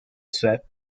set